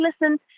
listen